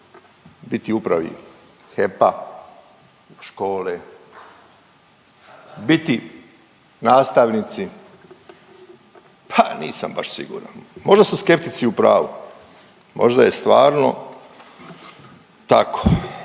biti u Upravi HEP-a, škole, biti nastavnici? Pa nisam baš siguran. Možda su skeptici u pravu, možda je stvarno tako.